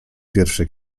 pierwsze